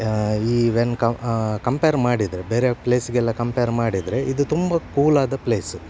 ಈ ವೆನ್ ಕ ಕಂಪ್ಯಾರ್ ಮಾಡಿದರೆ ಬೇರೆ ಪ್ಲೇಸ್ಗೆಲ್ಲ ಕಂಪ್ಯಾರ್ ಮಾಡಿದರೆ ಇದು ತುಂಬ ಕೂಲ್ ಆದ ಪ್ಲೇಸ್